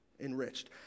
enriched